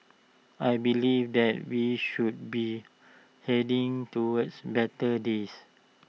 I believe that we should be heading towards better days